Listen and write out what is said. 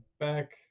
Back